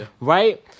right